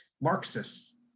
Marxists